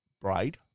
braid